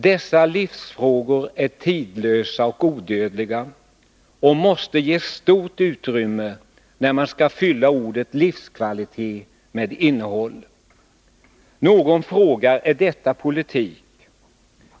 Dessa livsfrågor är tidlösa och odödliga och måste ges stort utrymme när man skall fylla ordet livskvalitet med innehåll. Någon frågar: Är detta politik?